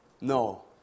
No